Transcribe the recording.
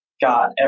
got